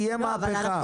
תהיה מהפכה.